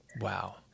Wow